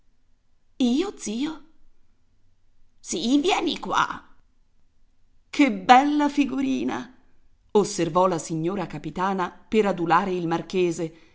io zio sì vieni qua che bella figurina osservò la signora capitana per adulare il marchese